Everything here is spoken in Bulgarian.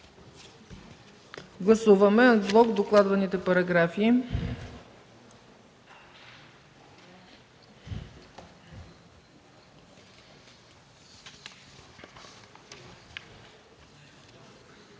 Гласуваме анблок докладваните параграфи.